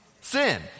Sin